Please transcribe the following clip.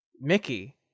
Mickey